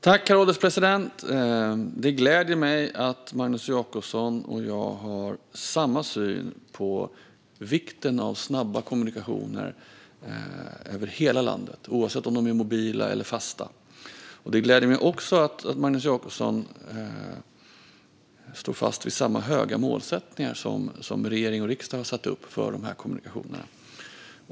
Herr ålderspresident! Det gläder mig att Magnus Jacobsson och jag har samma syn på vikten av snabba kommunikationer över hela landet, oavsett om de är mobila eller fasta. Det gläder mig också att Magnus Jacobsson står fast vid samma höga målsättningar som regering och riksdag har satt upp för dessa kommunikationer.